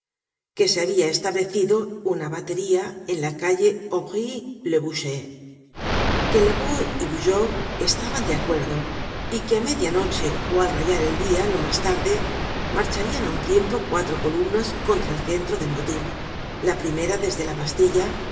que se habia establecido una batería en la calle aubry le boucher que lobau y bugeaud estaban de acuerdo y que á media noche ó al rayar el dia lo mas tarde marcharian á un tiempo cuatro columnas contra el centro del motin la primera desde la bastilla